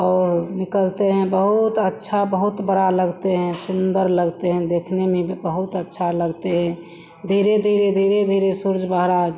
और निकलते हैं बहुत अच्छा बहुत बड़ा लगते हैं सुन्दर लगते हैं देखने में भी बहुत अच्छे लगते हैं धीरे धीरे धीरे धीरे सूर्य महाराज